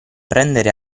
prendere